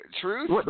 Truth